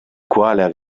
quale